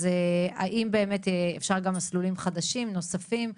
אז האם באמת אפשר גם מסלולים חדשים נוספים?